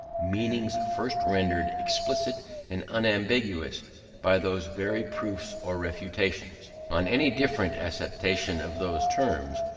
meanings first rendered explicit and unambiguous by those very proofs or refutations. on any different acceptation of those terms,